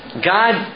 God